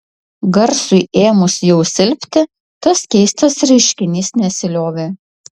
garsui ėmus jau silpti tas keistas reiškinys nesiliovė